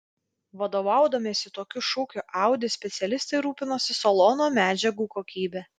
vadovaudamiesi tokiu šūkiu audi specialistai rūpinosi salono medžiagų kokybe